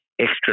extra